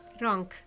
Wrong